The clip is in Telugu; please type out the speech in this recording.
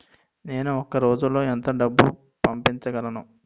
నేను ఒక రోజులో ఎంత డబ్బు పంపించగలను?